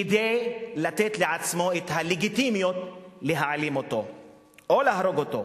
כדי לתת לעצמו את הלגיטימיות להעלים אותו או להרוג אותו.